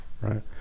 Right